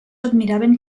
admiraven